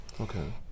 Okay